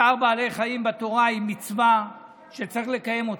צער בעלי חיים בתורה היא מצווה שצריך לקיים,